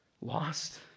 Lost